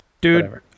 dude